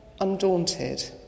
undaunted